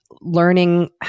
learning